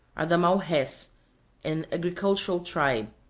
are the mauhes, an agricultural tribe,